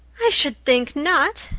i should think not,